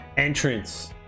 Entrance